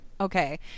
Okay